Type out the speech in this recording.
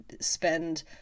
spend